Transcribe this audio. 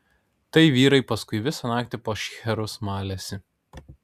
tai vyrai paskui visą naktį po šcherus malėsi